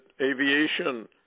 aviation